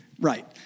Right